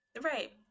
Right